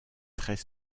très